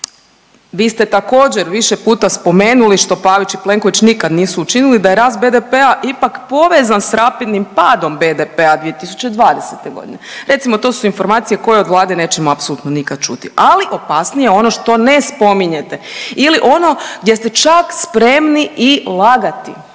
Vi ste također više puta spomenuli što Pavić i Plenković nikad nisu učinili, da je rast BDP-a ipak povezan s rapidnim padom BDP-a 2020.g., recimo to su informacije koje od Vlade nećemo apsolutno nikad čuti, ali opasnije je ono što ne spominjete ili ono gdje ste čak spremni i lagati,